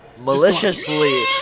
maliciously